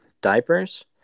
diapers